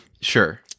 sure